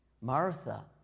Martha